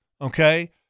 Okay